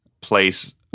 place